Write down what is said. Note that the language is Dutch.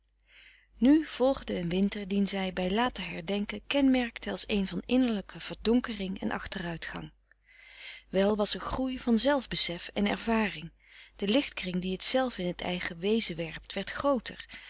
nu volgde een winter dien zij bij later herdenken kenmerkte als een van innerlijke verdonkering en achteruitgang wel was er groei van zelfbesef en ervaring de lichtkring die het zelf in t eigen wezen werpt werd grooter